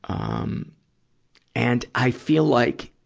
um um and i feel like,